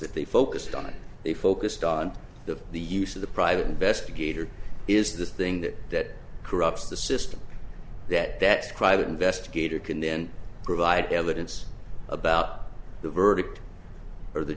that they focused on they focused on the the use of the private investigator is the thing that corrupts the system that that private investigator can then provide evidence about the verdict or the